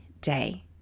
day